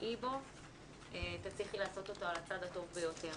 תגעי בו תצליחי לעשות אותו על הצד הטוב ביותר.